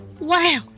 Wow